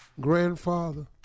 grandfather